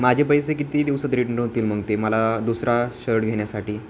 माझे पैसे किती दिवसात रिटन होतील मग ते मला दुसरा शर्ट घेण्यासाठी